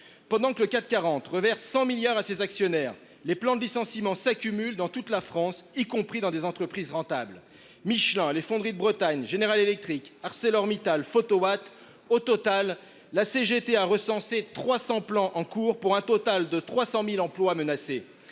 Pendant que le CAC 40 reverse 100 milliards d’euros à ses actionnaires, les plans de licenciement s’accumulent dans toute la France, y compris dans des entreprises rentables. Michelin, la Fonderie de Bretagne, General Electric, ArcelorMittal, Photowatt : au total, la CGT a recensé 300 plans en cours, soit un total de 300 000 emplois menacés.